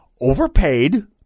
overpaid